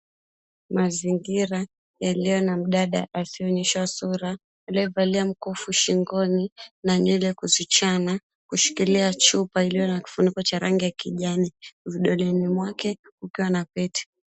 Mazingira yaliyo na mdada asiye onyesha sura, aliyevalia mkufu shingoni na nywele kuzichana, kushikilia chupa iliyo na kifuniko cha rangi ya kijani. Vidoleni mwake ukiwa na pete.